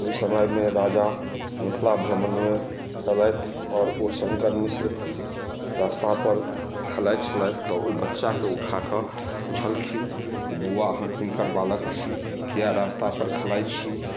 ओहि समयमे राजा मिथिला भ्रमणमे अयलथि आओर ओ शंकर मिश्र रास्ता पर खलाइ छलथि तऽ ओहि बच्चाके उठा कऽ पुछलखिन जे बौआ अहाँ किनकर बालक छी किए रास्ता पर खलाइ छी